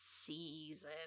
season